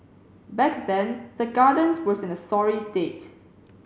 back then the Gardens was in a sorry state